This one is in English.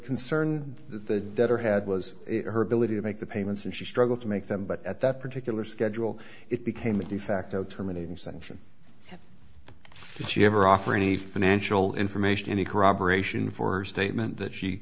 concern that the debtor had was her ability to make the payments and she struggled to make them but at that particular schedule it became a de facto terminating sanction did she ever offer any financial information any corroboration for a statement that she